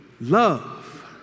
love